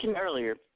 Earlier